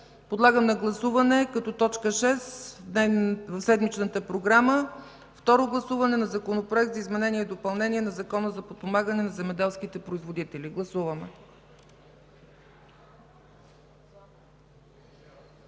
Подлагам на гласуване като точка шеста в седмичната програма второ гласуване на Законопроекта за изменение и допълнение на Закона за подпомагане на земеделските производители. Гласували